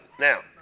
Now